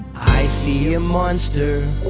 i see a monster,